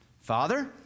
Father